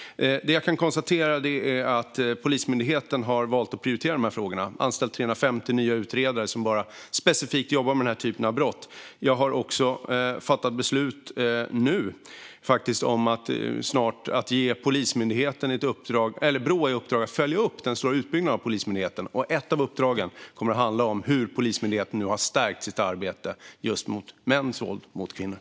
Jag kan konstatera att Polismyndigheten har valt att prioritera de här frågorna. Man har anställt 350 nya utredare som jobbar specifikt med bara den här typen av brott. Jag har också fattat beslut - nu, faktiskt - om att ge Brå i uppdrag att följa upp den stora utbyggnaden av Polismyndigheten. Ett av uppdragen kommer att handla om hur Polismyndigheten nu har stärkt sitt arbete just mot mäns våld mot kvinnor.